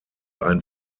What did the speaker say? ein